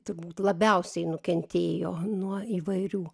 turbūt labiausiai nukentėjo nuo įvairių